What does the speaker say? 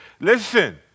Listen